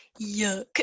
Yuck